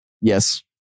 Yes